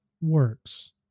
works